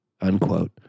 unquote